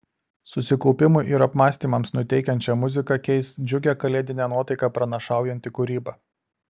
susikaupimui ir apmąstymams nuteikiančią muziką keis džiugią kalėdinę nuotaiką pranašaujanti kūryba